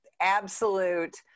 absolute